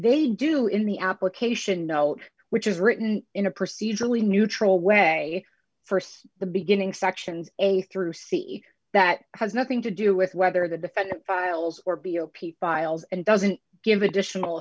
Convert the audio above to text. they do in the application note which is written in a procedurally neutral way st the beginning sections a through c e that has nothing to do with whether the defendant files or b o p files and doesn't give additional